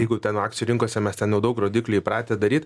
jeigu ten akcijų rinkose mes ten jau daug rodiklių įpratę daryt